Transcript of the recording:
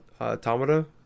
automata